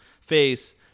face